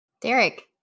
Derek